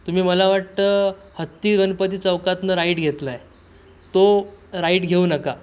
तुम्ही मला वाटतं हत्ती गणपती चौकातनं राईट घेतला आहे तो राईट घेऊ नका